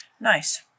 Nice